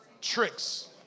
tricks